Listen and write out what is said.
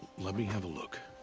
let me have a look.